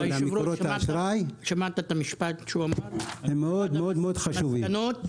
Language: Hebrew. למקורות האשראי הן מאוד-מאוד חשובות.